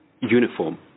uniform